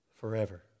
forever